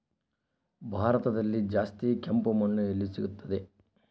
ಭಾರತದಲ್ಲಿ ಜಾಸ್ತಿ ಕೆಂಪು ಮಣ್ಣು ಎಲ್ಲಿ ಸಿಗುತ್ತದೆ?